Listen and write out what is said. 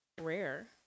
rare